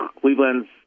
Cleveland's